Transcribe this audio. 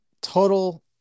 total